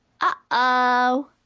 Uh-oh